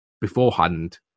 beforehand